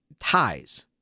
ties